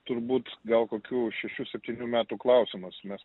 turbūt gal kokių šešių septynių metų klausimas mes